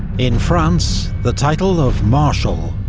in france, the title of marshal,